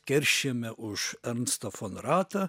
keršijame už ernstą fon ratą